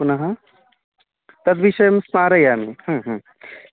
पुनः तद्विषयं स्मारयामि ह्म् ह्म्